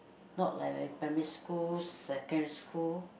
not like when primary secondary school